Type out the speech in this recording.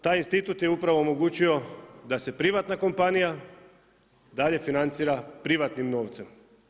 Taj institut je upravo omogućio da se privatna kompanija dalje financira privatnim novcem.